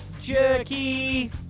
jerky